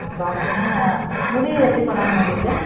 அப்புறம் வந்துங்க முடி எப்படி பண்ணணுங்க உங்களுக்கு